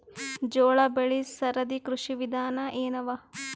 ಜೋಳ ಬೆಳಿ ಸರದಿ ಕೃಷಿ ವಿಧಾನ ಎನವ?